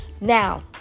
Now